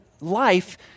life